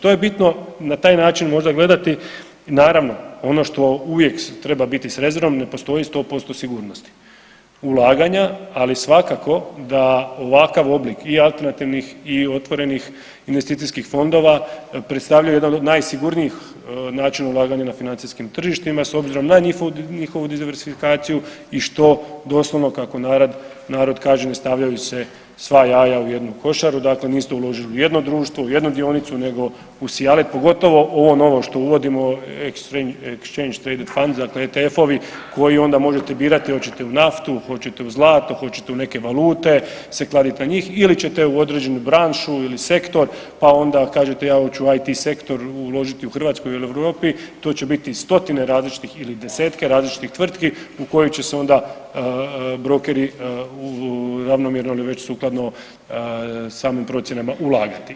To je bitno na taj način možda gledati, naravno ono što uvijek treba biti s rezervom ne postoji 100% sigurnosti ulaganja, ali svakako da ovakav oblik i alternativnih i otvorenih investicijskih fondova predstavlja jedan od najsigurnijih načina ulaganja na financijskim tržištima s obzirom na njihovu diverzifikaciju i što doslovno kako narod kaže ne stavljaju se sva jaja u jednu košaru, dakle niste uložili u jedno društvo, u jednu dionicu nego u …/nerazumljivo/… pogotovo ovo novo što uvodimo Exchange Traded funds dakle ETF-ovi koji onda možete birati hoćete u naftu, hoćete u zlato hoćete u neke valute se kladiti na njih ili ćete u određenu branšu ili sektor pa onda kažete ja hoću u IT sektor uložiti u Hrvatskoj ili u Europi, to će biti stotine različitih ili 10-te različitih tvrtki u koju će se onda brokeri ravnomjerno ili već sukladno samim procjenama ulagati.